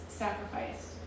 sacrificed